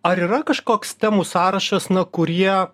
ar yra kažkoks temų sąrašas na kurie